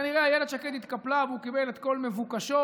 כנראה אילת שקד התקפלה והוא קיבל את כל מבוקשו,